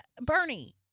Bernie